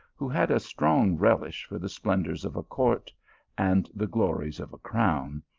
who had a strong relish for the splendours of a court and the glories of a crown,